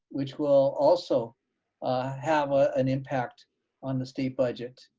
which will also have ah an impact on the state budget.